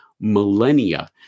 millennia